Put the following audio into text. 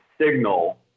signal